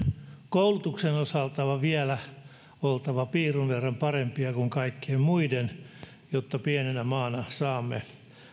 koulutuksen osalta vielä oltava piirun verran parempia kuin kaikkien muiden jotta pienenä maana saamme